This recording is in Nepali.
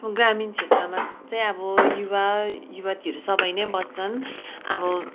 ग्रामीण क्षेत्रमा चाहिँ अब युवा युवतीहरू सबै नै बस्छन् अब